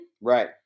Right